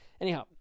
Anyhow